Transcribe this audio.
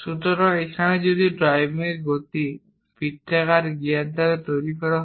সুতরাং এখানে যদি ড্রাইভিং গতি এই বৃত্তাকার গিয়ার দ্বারা তৈরি করা হয়